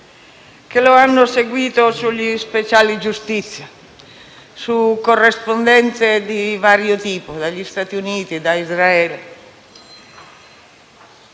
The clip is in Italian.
che l'hanno seguito sugli speciali giustizia, su corrispondenze di vario tipo, dagli Stati Uniti, da Israele;